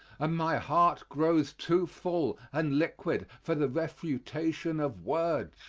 my heart grows too full and liquid for the refutation of words.